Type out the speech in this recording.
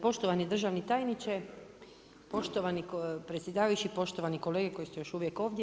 Poštovani državni tajniče, poštovani predsjedavajući, poštovani kolege koji ste još uvijek ovdje.